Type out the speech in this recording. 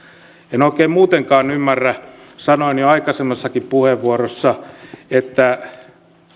en oikein muutenkaan ymmärrä sanoin jo aikaisemmassakin puheenvuorossa